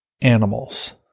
animals